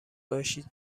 باشید